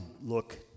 look